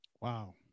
Wow